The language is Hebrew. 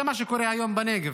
זה מה שקורה היום בנגב.